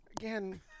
Again